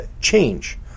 change